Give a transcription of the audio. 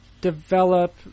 develop